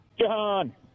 John